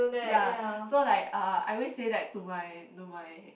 ya so like uh I always that to my to my